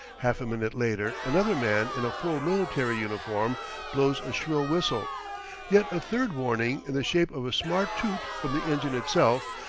half a minute later another man in a full military uniform blows a shrill whistle yet a third warning, in the shape of a smart toot from the engine itself,